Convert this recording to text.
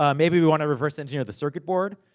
um maybe we wanna reverse engineer the circuit board.